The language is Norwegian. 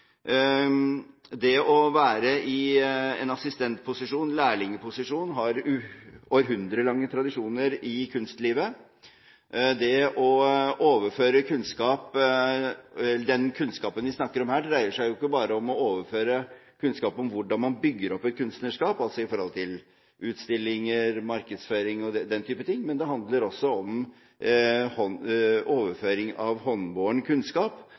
Det å være i en assistentposisjon, lærlingposisjon, har århundrelange tradisjoner i kunstlivet – det å overføre kunnskap. Den kunnskapen vi snakker om her, dreier seg jo ikke bare om å overføre kunnskap om hvordan man bygger opp et kunstnerskap, altså i forhold til utstillinger, markedsføring og den type ting, men det handler også om overføring av håndbåren kunnskap,